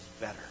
better